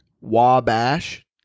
Wabash